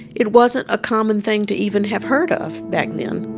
it wasn't a common thing to even have heard of, back then.